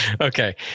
Okay